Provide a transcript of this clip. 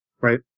Right